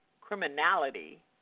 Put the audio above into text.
criminality